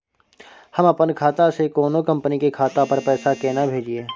हम अपन खाता से कोनो कंपनी के खाता पर पैसा केना भेजिए?